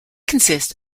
consists